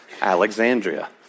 Alexandria